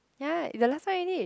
ya it's the last time already